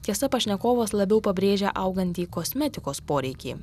tiesa pašnekovas labiau pabrėžia augantį kosmetikos poreikį